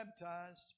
baptized